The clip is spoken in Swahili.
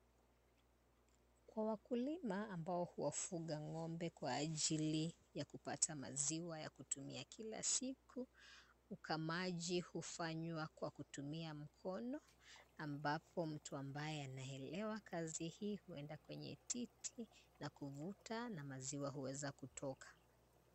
Kwa wakulima ambao huwafuga ng'ombe kwa ajili ya kupata maziwa ya kutumia kila siku, ukamaji hufanywa kwa kutumia mkono, ambapo mtu ambaye anaelewa kazi hii, huenda kwenye titi na kuvuta na maziwa huweza kutoka.